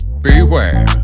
Beware